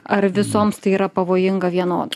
ar visoms tai yra pavojinga vienodai